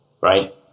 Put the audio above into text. right